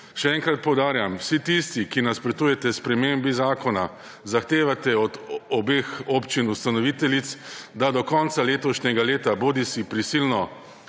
Še enkrat poudarjam, vsi tisti, ki nasprotujete spremembi zakona, zahtevate od obeh občin ustanoviteljic, da do konca letošnjega leta prisilno